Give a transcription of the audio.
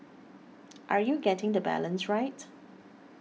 are you getting the balance right